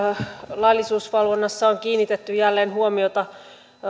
laillisuusvalvonnassa on kiinnitetty jälleen huomiota